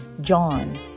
John